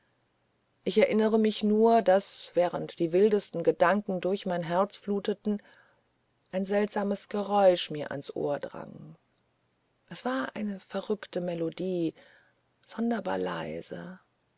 ich erinnere mich nur daß während die wildesten gedanken durch mein herz fluteten ein seltsames geräusch mir ans ohr drang es war eine verrückte melodie sonderbar leise